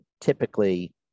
typically